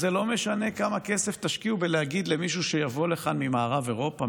אז זה לא משנה כמה כסף תשקיעו בלהגיד למישהו שיבוא לכאן ממערב אירופה,